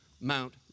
Mount